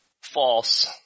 False